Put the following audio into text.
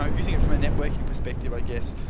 um using it from a networking perspective i guess,